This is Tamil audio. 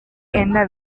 என்ன